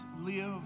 live